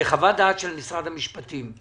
לחוות דעת של משרד המשפטים.